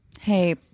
Hey